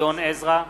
גדעון עזרא,